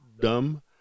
dumb